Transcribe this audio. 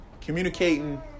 communicating